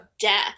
death